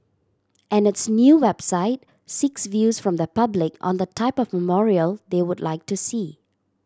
and its new website seeks views from the public on the type of memorial they would like to see